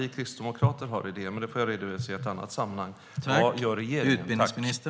Vi kristdemokrater har idéer, men dem får jag redovisa i ett annat sammanhang. Vad gör regeringen?